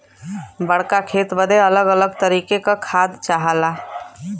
बड़्का खेत बदे अलग अलग तरीके का खाद चाहला